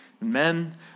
Men